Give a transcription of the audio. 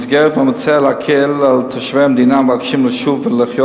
במסגרת מאמציה להקל על תושבי המדינה המבקשים לשוב ולחיות